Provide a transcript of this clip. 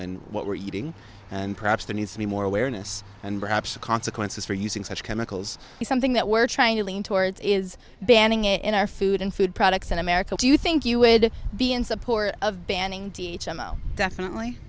and what we're eating and perhaps the need to be more awareness and perhaps the consequences for using such chemicals is something that we're trying to lean towards is banning it in our food and food products in america do you think you would be in support of banning t h m oh definitely